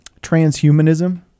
transhumanism